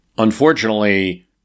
Unfortunately